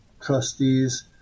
trustees